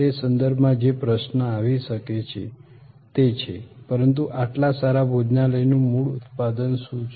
તે સંદર્ભમાં જે પ્રશ્ન આવી શકે છે તે છે પરંતુ આટલા સારા ભોજનાલયનું મૂળ ઉત્પાદન શું છે